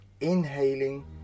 inhaling